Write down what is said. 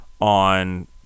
on –